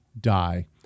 die